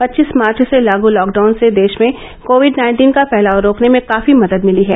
पच्चीस मार्च से लागू लॉकडाउन से देश में कोविड नाइन्टीन का फैलाव रोकने में काफी मदद मिली है